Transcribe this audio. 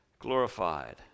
Glorified